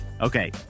Okay